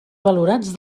valorats